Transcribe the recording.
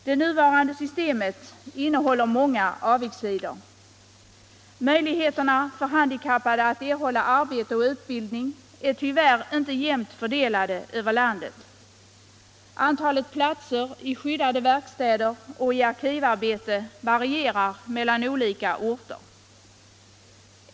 Det nuvarande systemet innehåller många avigsidor. Möjligheterna för handikappade att erhålla arbete och utbildning är tyvärr inte jämnt fördelade över landet. Antalet platser i skyddade verkstäder och i arkivarbete varierar mellan olika orter.